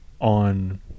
on